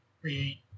create